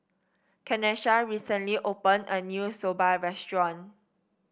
Kanesha recently opened a new Soba restaurant